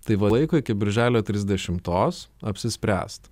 tai va laiko iki birželio trisdešimtos apsispręst